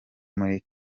muri